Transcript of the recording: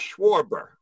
Schwarber